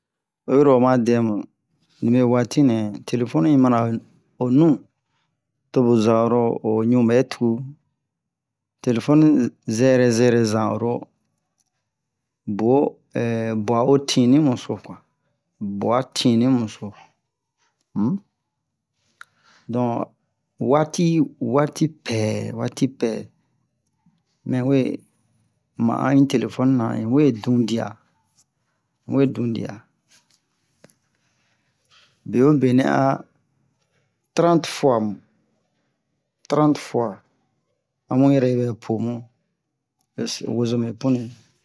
o yiro o ma dɛm libe watinɛ telefɔni mana o nu to mu za'oro o ɲuɓwɛtu telefɔni zɛrɛ zɛrɛ zanro bo ɛ buao tinimoso bua tini moso un dɔ wati wati pɛɛ wati pɛɛ mɛ we ma'a in telefɔni na un we du dia un we du dia be'obe nɛ trante fuwa trante fuwa amu yɛrɛ ɛ pobun wozomɛ punɛ